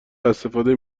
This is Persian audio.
استفاده